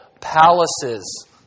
palaces